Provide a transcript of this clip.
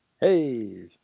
hey